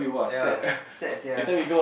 ya sad sia